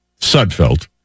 Sudfeld